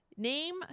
Name